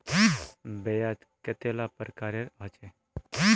ब्याज कतेला प्रकारेर होचे?